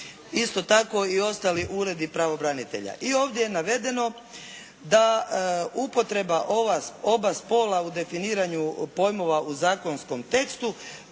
Isto tako i ostali uredi pravobranitelja. I ovdje je navedeno da upotreba oba spola u definiranju pojmova u zakonskom tekstu